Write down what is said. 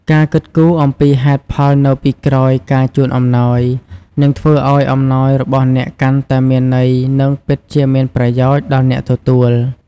ការគិតគូរអំពីហេតុផលនៅពីក្រោយការជូនអំណោយ នឹងធ្វើឱ្យអំណោយរបស់អ្នកកាន់តែមានន័យ និងពិតជាមានប្រយោជន៍ដល់អ្នកទទួល។